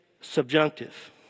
subjunctive